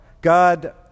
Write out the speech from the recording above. God